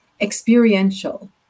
experiential